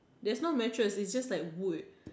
there's not mattress it's just like wood